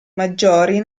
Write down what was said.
maggiori